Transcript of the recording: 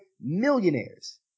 millionaires